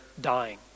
dying